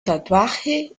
tatuaje